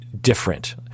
different